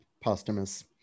posthumous